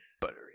Buttery